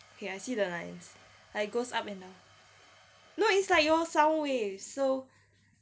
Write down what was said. okay I see the lines no it's like your sound waves so